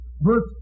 verse